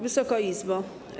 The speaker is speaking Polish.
Wysoka Izbo!